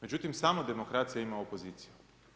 Međutim, samo demokracija ima opoziciju.